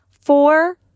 four